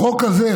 החוק הזה,